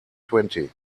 twenty